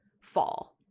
fall